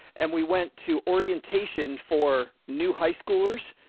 and we went to orientation for new high schoolers,